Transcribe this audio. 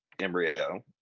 embryo